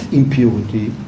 impurity